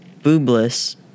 boobless